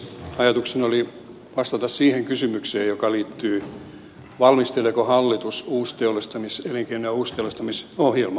ajatuksena oli vastata kysymykseen joka liittyy siihen valmisteleeko hallitus elinkeino ja uusteollistamisohjelmaa